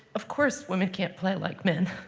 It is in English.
of course, women can't play like men.